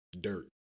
dirt